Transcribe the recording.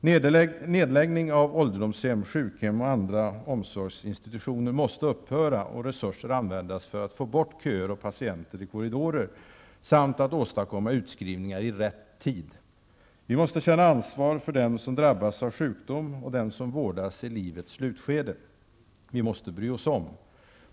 Nedläggningen av ålderdomshem, sjukhem och andra omsorgsinstitutioner måste upphöra, och resurser måste användas för att få bort köer och patienter i korridorer samt för att åstadkomma utskrivningar i rätt tid. Vi måste känna ett ansvar för dem som har drabbats av sjukdom och för dem som vårdas i livets slutskede. Vi måste bry oss om.